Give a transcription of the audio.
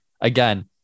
again